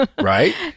Right